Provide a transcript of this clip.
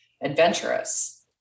adventurous